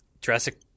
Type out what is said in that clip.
Jurassic